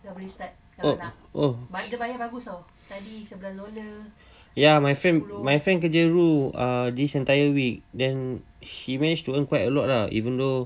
oh oh ya my friend my friend kerja roo uh this entire week then she managed to earn quite a lot lah even though